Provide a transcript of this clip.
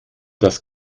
das